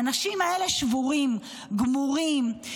האנשים האלה שבורים, גמורים.